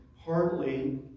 partly